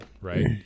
Right